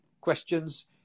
questions